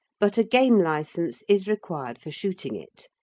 but a game licence is required for shooting it,